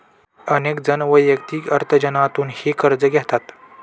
अनेक जण वैयक्तिक अर्थार्जनातूनही कर्ज घेतात